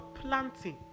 planting